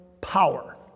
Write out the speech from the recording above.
power